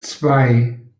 zwei